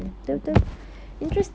mm mm